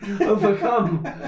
overcome